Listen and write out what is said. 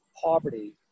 poverty